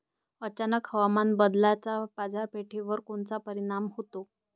अचानक हवामान बदलाचा बाजारपेठेवर कोनचा परिणाम होतो?